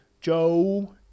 Joe